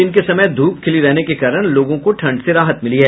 दिन के समय धूप खिली रहने के कारण लोगों को ठंड से राहत मिली है